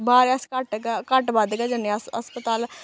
बाह्र अस घट्ट ग घट्ट बद्द गै जन्ने अस अस्पताल